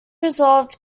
resolved